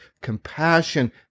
compassion